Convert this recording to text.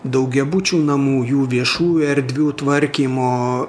daugiabučių namų jų viešųjų erdvių tvarkymo